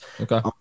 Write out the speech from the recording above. Okay